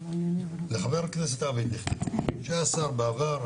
לחבר הכנסת אבי דיכטר שהיה שר בעבר,